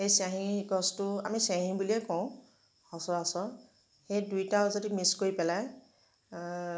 সেই চিয়াঁহী গছটো আমি চিয়াঁহী বুলিয়েই কওঁ সচৰাচৰ সেই দুয়োটা যদি মিক্স কৰি পেলাই